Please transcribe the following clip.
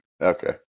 Okay